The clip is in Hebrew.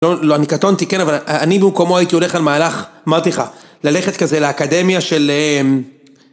לא, זה לא אני קטונתי כן אבל אני במקומו הייתי הולך על מהלך אמרתי לך ללכת כזה לאקדמיה של